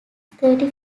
thirty